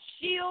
shield